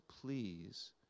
please